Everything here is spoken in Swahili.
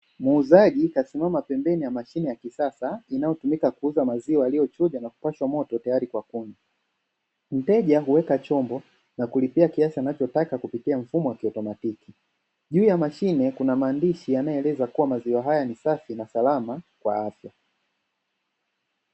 Muuzaji kasimama pembeni ya mashine ya kisasa inayotumika kuuza maziwa yaliyochujwa na kupashwa moto tayari kwa kunywa. Mteja huweka chombo na kulipia kiasi anachotaka kupitia mfumo wa kiautomatiki. Juu ya mashine kuna maandishi yanayoeleza kuwa maziwa haya ni safi na salama kwa afya.